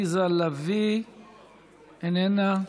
עליזה לביא, איננה,